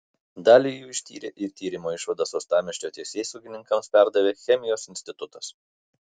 dalį jų ištyrė ir tyrimo išvadas uostamiesčio teisėsaugininkams perdavė chemijos institutas